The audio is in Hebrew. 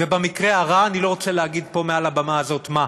ובמקרה הרע אני לא רוצה להגיד פה מעל הבמה הזאת מה.